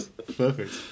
Perfect